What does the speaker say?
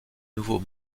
nouveau